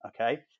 Okay